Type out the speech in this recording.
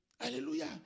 Hallelujah